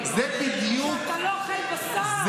שבו אתה לא אוכל בשר,